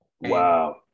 Wow